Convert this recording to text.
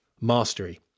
Mastery